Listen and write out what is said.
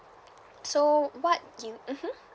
so what you mmhmm